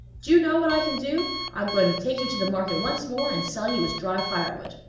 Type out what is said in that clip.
do you know what i can do i am going to take you to the market once more and sell you as dry firewood.